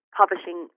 publishing